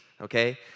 okay